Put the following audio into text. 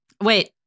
Wait